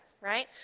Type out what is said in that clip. right